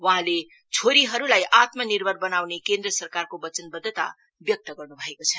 वहाँले छोरीहरूलाई आत्मनिर्भर बनाउने केन्द्र सरकारको बचनबद्धता व्याक्त गर्नु भएको छ